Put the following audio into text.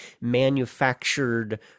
manufactured